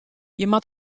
jimme